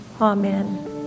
Amen